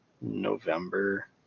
November